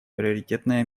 приоритетное